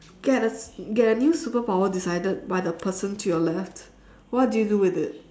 get a get a new superpower decided by the person to your left what do you do with it